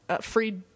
free